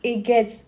it gets